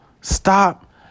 Stop